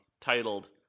Titled